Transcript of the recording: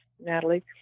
Natalie